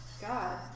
God